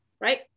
right